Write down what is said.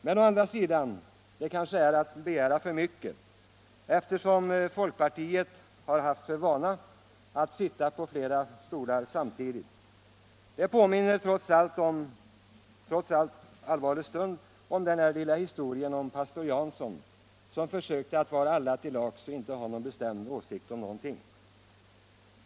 Men det är kanske å andra sidan att begära för mycket, eftersom folkpartiet alltid har haft för vana att sitta på flera stolar samtidigt. Det påminner mig, trots stundens allvar, om den lilla historien om pastor Jansson som försökte att vara alla till lags och inte hade någon bestämd åsikt om någonting.